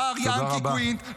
מר ינקי קוינט,